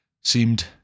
seemed